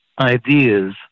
ideas